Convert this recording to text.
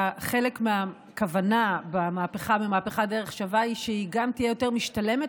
חלק מהכוונה במהפכת "דרך שווה" היא שהיא גם תהיה יותר משתלמת